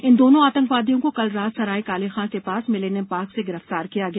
इन दोनों आतंकवादियों को कल रात सराय कालेखां के पास मिलेनियम पार्क से गिरफ्तार किया गया